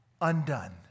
undone